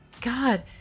God